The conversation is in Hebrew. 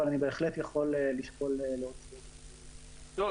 אני בהחלט יכול לשקול להוציא --- לא,